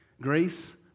grace